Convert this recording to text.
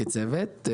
כצוות.